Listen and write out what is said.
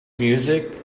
music